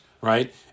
right